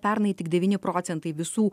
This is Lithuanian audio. pernai tik devyni procentai visų